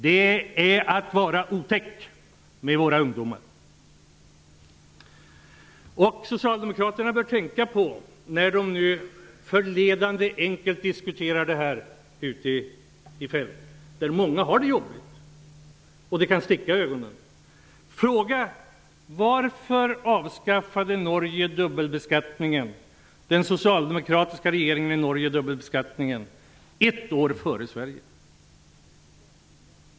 Det skulle vara att gå emot våra ungdomars intressen. Socialdemokraterna bör tänka på detta när de nu förledande enkelt diskuterar det här ute på fältet, där många har det jobbigt och detta kan sticka i ögonen. Jag vill fråga: Varför avskaffade den socialdemokratiska regeringen i Norge dubbelbeskattningen ett år före Sverige?